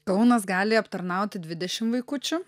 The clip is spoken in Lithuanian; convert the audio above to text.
kaunas gali aptarnauti dvidešim vaikučių